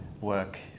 work